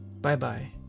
Bye-bye